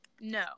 no